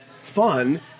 fun